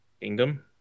Kingdom